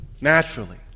naturally